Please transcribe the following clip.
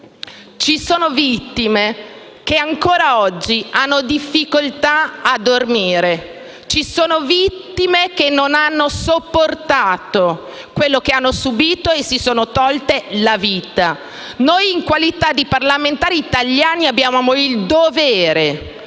Ci sono vittime che ancora oggi hanno difficoltà a dormire; ci sono vittime che non hanno sopportato quello che hanno subito e si sono tolte la vita. Noi, in qualità di parlamentari italiani, abbiamo il dovere di